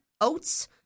oats